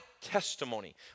testimony